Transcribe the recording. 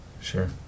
Sure